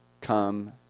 come